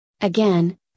Again